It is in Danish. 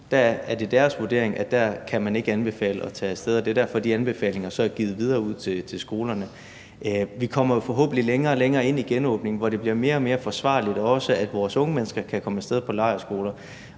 nu, er det deres vurdering, at man ikke kan anbefale at tage af sted, og det er derfor, de anbefalinger så er givet videre ud til skolerne. Vi kommer jo forhåbentlig længere og længere ind i genåbningen, hvor det også bliver mere og mere forsvarligt, at vores unge mennesker kan komme af sted på lejrskoler,